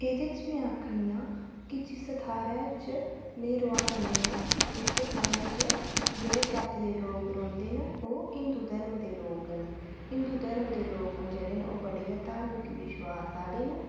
जैह्ड़े जिस थाह्र च अस रौह्ने आं अस उस थाह्र रौह्ने आह्ले जाति दे लोक जैह्ड़े हिन्दू धर्म दे मनदे लोक न बड़े गै धार्मिक लोक न